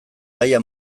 gaia